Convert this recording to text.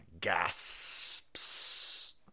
gasps